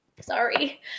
sorry